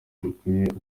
dukurikije